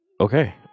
Okay